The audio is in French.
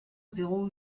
zéro